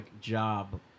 job